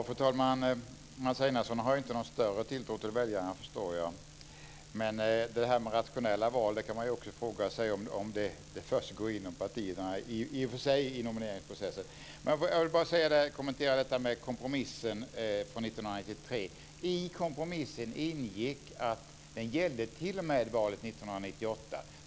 Fru talman! Mats Einarsson har ingen större tilltro till väljarna, förstår jag. Men man kan i och för sig också fråga sig om det här med rationella val är något som försiggår inom partierna i nomineringsprocessen. Jag vill bara kommentera detta med kompromissen från 1993. I kompromissen ingick att den gällde t.o.m. valet 1998.